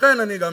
ולכן אני גם